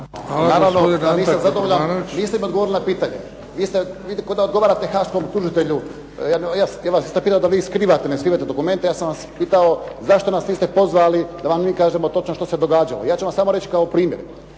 zadovoljan, niste mi odgovorili na pitanje. Vi k'o da odgovarate haaškom tužitelju … /Govornik se ne razumije./… da vi skrivate, ne skrivate dokumente. Ja sam vas pitao zašto nas niste pozvali da vam mi kažemo točno što se događalo. Ja ću vam samo reći kao primjer.